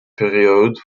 periode